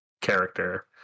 character